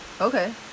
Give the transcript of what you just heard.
Okay